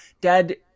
Dad